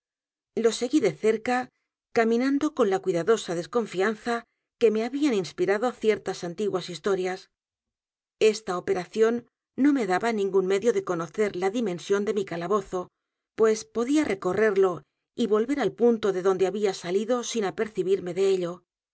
lo seguí de cerca caminando con la cuidadosa desconfianza que me habían inspirado ciertas antiguas historias e s t a operación no me daba ningún medio de conocer la dimensión de mi calabozo pues podía recorrerlo y volver al punto de donde había salido sin apercibirme de ello